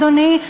אדוני,